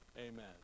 Amen